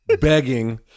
begging